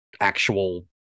actual